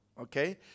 Okay